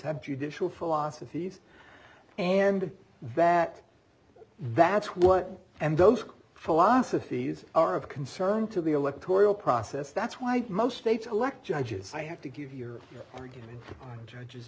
have judicial philosophy and that that's what and those philosophies are of concern to the electorial process that's why most states elect judges i have to give your argument on judges